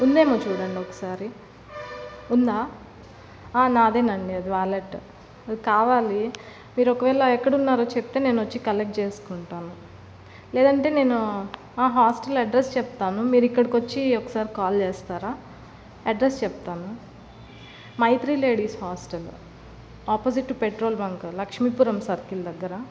ఉందేమో చూడండి ఒకసారి ఉందా నాదేనండి అది వాలెట్ కావాలి మీరు ఒకవేళ ఎక్కడ ఉన్నారో చెప్తే నేను వచ్చి కలెక్ట్ చేసుకుంటాను లేదంటే నేను మా హాస్టల్ అడ్రస్ చెప్తాను మీరు ఇక్కడికి వచ్చి ఒకసారి కాల్ చేస్తారా అడ్రస్ చెప్తాను Maitri ladies hostel opposite petrol bunk Lakshmipuram circle దగ్గర